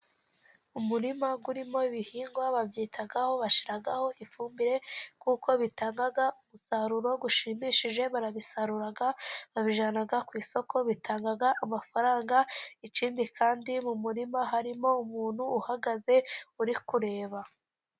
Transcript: Umurima urimo ibihingwa, babyitaho bashyiraho ifumbire kuko bitanga umusaruro ushimishije, barabisarura babijyana ku isoko bitanga amafaranga, ikindi kandi mu murima harimo umuntu uhagaze uri kureba.